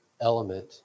element